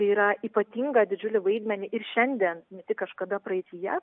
yra ypatinga didžiulį vaidmenį ir šiandien ne tik kažkada praeityje